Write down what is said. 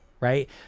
right